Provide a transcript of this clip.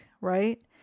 right